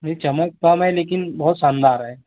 नहीं चमक कम है लेकिन बहुत शानदार है